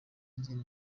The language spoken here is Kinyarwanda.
n’izindi